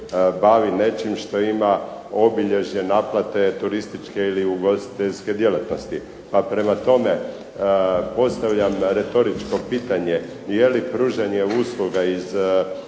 nečim što ima obilježje naplate turističke ili ugostiteljske djelatnosti. Pa prema tome, postavljam retoričko pitanje je li pružanje usluga iz